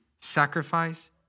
sacrifice